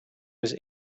was